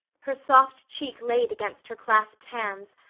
her soft cheek laid against her clasped hands,